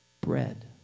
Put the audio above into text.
bread